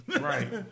Right